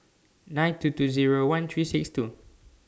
nine two two Zero one three six two